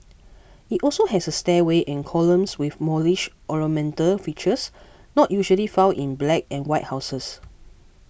it also has a stairway and columns with Moorish ornamental features not usually found in black and white houses